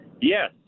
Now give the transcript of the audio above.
Yes